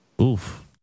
Oof